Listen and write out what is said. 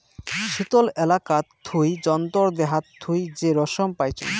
শীতল এলাকাত থুই জন্তুর দেহাত থুই যে রেশম পাইচুঙ